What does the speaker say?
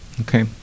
okay